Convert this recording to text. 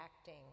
acting